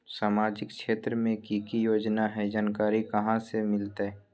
सामाजिक क्षेत्र मे कि की योजना है जानकारी कहाँ से मिलतै?